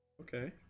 Okay